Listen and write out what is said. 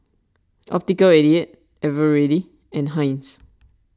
Optical eighty eight Eveready and Heinz